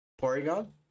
Porygon